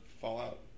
Fallout